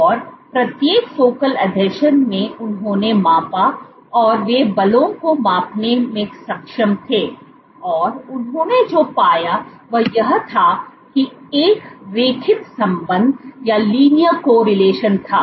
और प्रत्येक फोकल आसंजन में उन्होंने मापा और वे बलों को मापने में सक्षम थे और उन्होंने जो पाया वह यह था कि एक रैखिक संबंध था